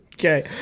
Okay